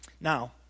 Now